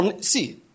See